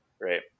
Right